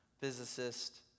physicist